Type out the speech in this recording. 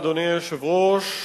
אדוני היושב-ראש,